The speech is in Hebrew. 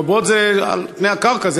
בבוץ זה על פני הקרקע,